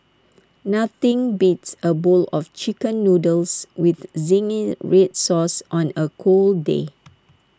nothing beats A bowl of Chicken Noodles with Zingy Red Sauce on A cold day